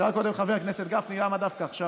שאל קודם חבר הכנסת גפני: למה דווקא עכשיו?